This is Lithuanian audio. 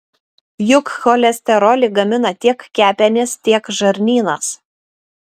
juk cholesterolį gamina tiek kepenys tiek žarnynas